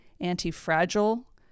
anti-fragile